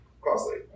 costly